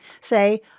say